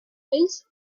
veils